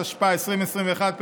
התשפ"א 2021,